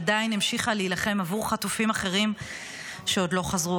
היא עדיין המשיכה להילחם עבור חטופים אחרים שעוד לא חזרו.